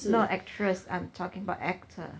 not actress I'm talking about actor